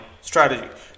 strategy